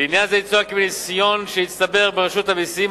לעניין זה יצוין כי מניסיון שהצטבר ברשות המסים,